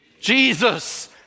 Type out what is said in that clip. Jesus